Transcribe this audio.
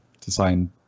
design